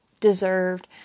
deserved